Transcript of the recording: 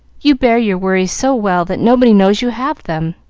you bear your worries so well that nobody knows you have them.